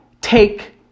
take